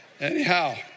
Anyhow